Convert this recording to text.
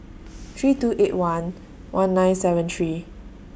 three two eight one one nine seven three